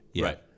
Right